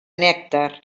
nèctar